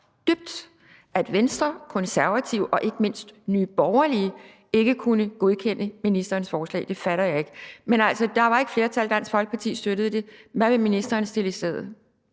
dybt, at Venstre, Konservative og ikke mindst Nye Borgerlige ikke kunne godkende ministerens forslag. Det fatter jeg ikke. Dansk Folkeparti støttede det, men der var ikke flertal. Hvad vil ministeren sætte i stedet?